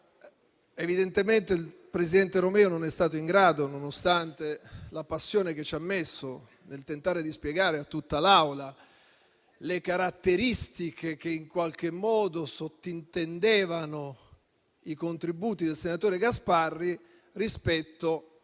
evidentemente il presidente Romeo non è stato in grado, nonostante la passione che ci ha messo, di spiegare all'Assemblea le caratteristiche che in qualche modo sottintendevano i contributi del senatore Gasparri, rispetto